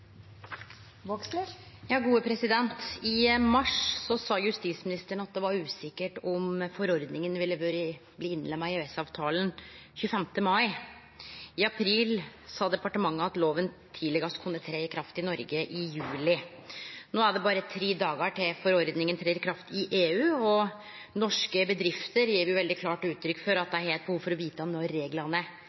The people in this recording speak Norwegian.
I mars sa justisministeren at det var usikkert om forordninga ville bli innlemma i EØS-avtalen 25.mai. I april sa departementet at loven tidlegast kunne tre i kraft i Noreg i juli. No er det berre tre dagar til forordninga trer i kraft i EU, og norske bedrifter gjev veldig klart uttrykk for at dei har eit behov for å vite når reglane